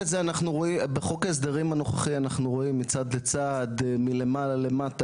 בחוק ההסדרים הנוכחי אנחנו רואים מצד לצד מלמעלה למטה,